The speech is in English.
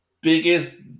biggest